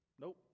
Nope